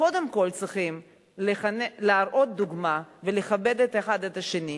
קודם כול צריכים להראות דוגמה ולכבד האחד את השני,